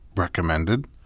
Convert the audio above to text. Recommended